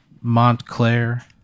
Montclair